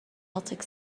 baltic